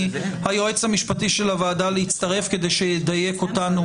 מהיועץ המשפטי של הוועדה להצטרף כדי שידייק אותנו,